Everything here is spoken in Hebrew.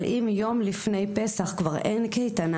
אבל אם יום לפני פסח כבר אין קייטנה,